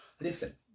Listen